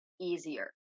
easier